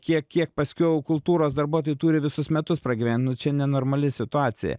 kiek kiek paskiau kultūros darbuotojai turi visus metus pragyvent nu čia nenormali situacija